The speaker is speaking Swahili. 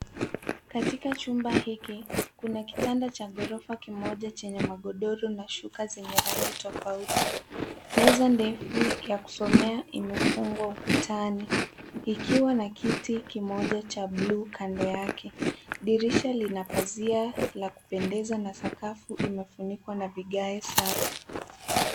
Katika chumba hiki kuna kitanda cha ghorofa kimoja chenye magodoro na shuka zenye rangi tofauti. Meza ndefu ya kusomea imefungwa ukutani ikiwa na kiti kimoja cha blue kando yake. Dirisha lina pazia la kupendeza na sakafu imefunikwa na vigae safi.